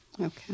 Okay